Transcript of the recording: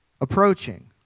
approaching